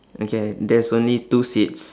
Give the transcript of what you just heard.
okay there's only two seats